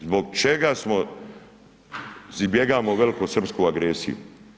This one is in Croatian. Zbog čega smo, izbjegavamo velikosrpsku agresiju.